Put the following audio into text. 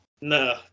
No